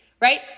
Right